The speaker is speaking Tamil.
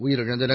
உயிரிழந்தனர்